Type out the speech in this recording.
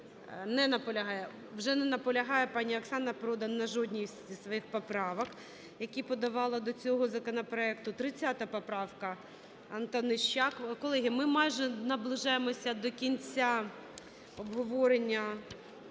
Вже не наполягає пані Оксана Продан на жодній із своїх поправок, які подавала до цього законопроекту. 30 поправка, Антонищак. Колеги, ми майже наближаємося до кінця обговорення